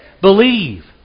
believe